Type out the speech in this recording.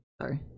Sorry